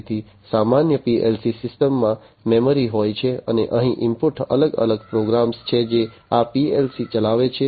તેથી સામાન્ય PLC સિસ્ટમમાં મેમરી હોય છે અને અહીં ઇનપુટઅલગ અલગ પ્રોગ્રામ્સ છે જે આ PLC ચલાવે છે